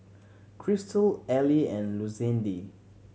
Christel Ely and Lucindy